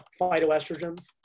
phytoestrogens